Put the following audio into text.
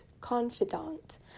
confidant